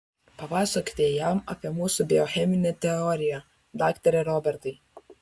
papasakokite jam apie mūsų biocheminę teoriją daktare robertai